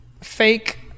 fake